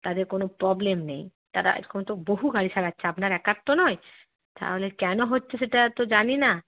তাদের কোনো প্রবলেম নেই তারা এরকম তো বহু গাড়ি সারাচ্ছে আপনার একার তো নয় তাহলে কেন হচ্ছে সেটা তো জানি না